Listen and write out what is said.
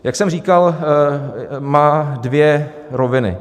Jak jsem říkal, má dvě roviny.